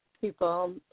people